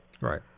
Right